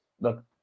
look